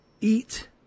Eat